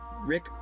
Rick